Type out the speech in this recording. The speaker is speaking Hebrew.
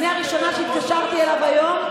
אני הראשונה שהתקשרתי אליו היום,